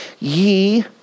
ye